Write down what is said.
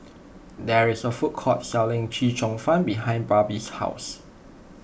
there is a food court selling Chee Cheong Fun behind Barrie's house